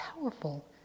powerful